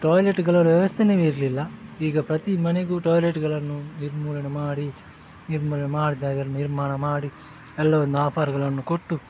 ಟಾಯ್ಲೆಟ್ಗಳ ವ್ಯವಸ್ಥೆಯೇ ಇರಲಿಲ್ಲ ಈಗ ಪ್ರತಿ ಮನೆಗು ಟಾಯ್ಲೆಟ್ಗಳನ್ನು ನಿರ್ಮೂಲನೆ ಮಾಡಿ ನಿರ್ಮೂಲನೆ ಮಾಡಿದಾಗ ನಿರ್ಮಾಣ ಮಾಡಿ ಎಲ್ಲವನ್ನು ಆಫಾರ್ಗಳನ್ನು ಕೊಟ್ಟು